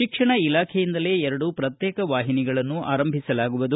ಶಿಕ್ಷಣ ಇಲಾಖೆಯಿಂದಲೇ ಎರಡು ಪ್ರತ್ಯೇಕ ವಾಹಿನಿಗಳನ್ನು ಆರಂಭಿಸಲಾಗುವುದು